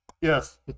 Yes